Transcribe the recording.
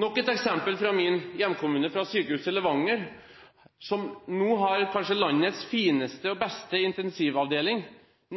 Nok et eksempel fra min hjemkommune: Sykehuset i Levanger har nå kanskje landets fineste og beste intensivavdeling,